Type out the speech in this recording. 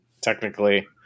technically